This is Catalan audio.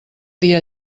dia